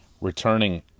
returning